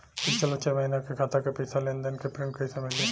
पिछला छह महीना के खाता के पइसा के लेन देन के प्रींट कइसे मिली?